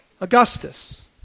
Augustus